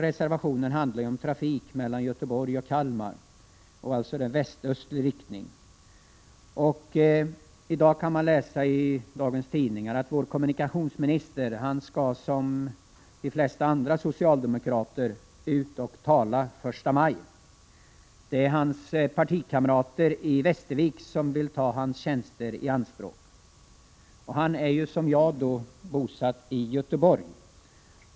Reservationen handlar ju om trafik mellan Göteborg och Kalmar, alltså trafik i väst-östlig riktning. I dagens tidningar kan man läsa att vår kommunikationsminister, som de flesta andra socialdemokrater, skall ut och tala den 1 maj. Det är hans 2 partikamrater i Västervik som vill ta hans tjänster i anspråk. Han är liksom jag bosatt i Göteborg.